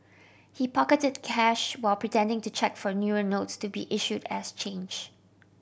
he pocketed cash while pretending to check for newer notes to be issued as change